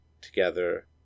together